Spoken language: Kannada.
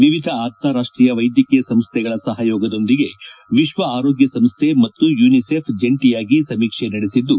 ವಿವಿಧ ಅಂತಾರಾಷ್ಷೀಯ ವ್ಲೆದ್ಯಕೀಯ ಸಂಸ್ಥೆಗಳ ಸಹಯೋಗದೊಂದಿಗೆ ವಿಶ್ವ ಆರೋಗ್ಗ ಸಂಸ್ಥೆ ಮತ್ತು ಯುನಿಸೆಫ್ ಜಂಟಿಯಾಗಿ ಸಮೀಕ್ಷೆ ನಡೆಸಿದ್ದು